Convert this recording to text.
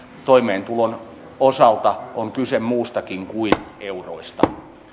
toimeentulon osalta on kyse muustakin kuin euroista